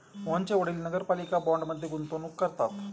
मोहनचे वडील नगरपालिका बाँडमध्ये गुंतवणूक करतात